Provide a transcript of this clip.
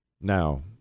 Now